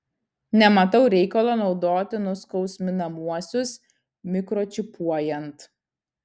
nematau reikalo naudoti nuskausminamuosius mikročipuojant